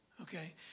Okay